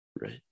right